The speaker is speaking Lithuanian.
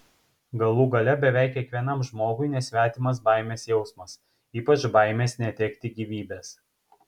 galų gale beveik kiekvienam žmogui nesvetimas baimės jausmas ypač baimės netekti gyvybės